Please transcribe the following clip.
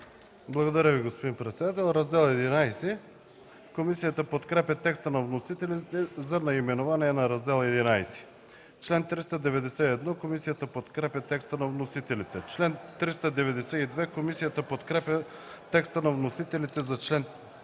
Благодаря Ви, господин председател. Комисията подкрепя текста на вносителите за наименованието на Раздел ХІ. Комисията подкрепя текста на вносителите за чл. 391. Комисията подкрепя текста на вносителите за чл.